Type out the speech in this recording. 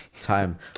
time